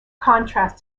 contrast